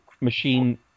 machine